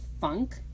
funk